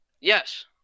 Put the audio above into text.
Yes